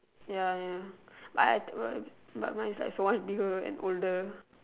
ya ya like I but mine is so much bigger and older